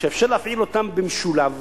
שאפשר להפעיל אותם במשולב.